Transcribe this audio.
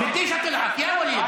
יא ווליד,